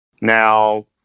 Now